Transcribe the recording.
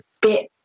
bit